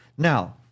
Now